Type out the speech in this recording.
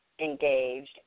engaged